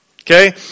Okay